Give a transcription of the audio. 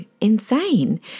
insane